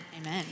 Amen